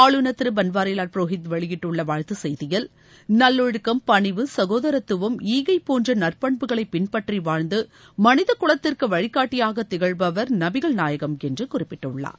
ஆளுநர் திரு பன்வாரிலால் புரோஹித் வெளியிட்டுள்ள வாழ்த்து செய்தியில் நல்லொழுக்கம் பணிவு ச்கோதரத்துவம் ஈகை போன்ற நற்பண்புகளை பின்பற்றி வாழ்ந்து மனித குலத்திற்கு வழிகாட்டியாக திகழ்பவர் நபிகள் நாயகம் என்று குறிப்பிட்டுள்ளார்